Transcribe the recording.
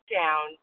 down